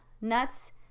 nuts